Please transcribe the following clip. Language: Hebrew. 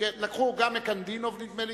לקחו גם מקנדינוב, נדמה לי,